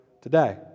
today